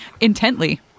intently